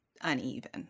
uneven